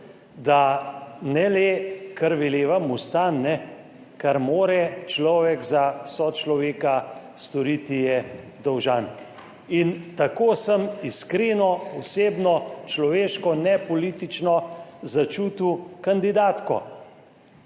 da ne le kar veleva mu stan, kar mora človek za sočloveka storiti, je dolžan. In tako sem iskreno, osebno, človeško ne politično začutil kandidatko.